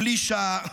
פלישה,